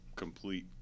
complete